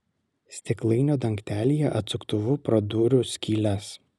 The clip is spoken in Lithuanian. stiklainio dangtelyje atsuktuvu praduriu skyles